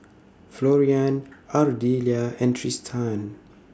Florian Ardelia and Trystan